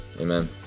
Amen